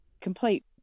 complete